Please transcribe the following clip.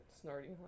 snorting